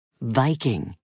Viking